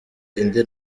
indi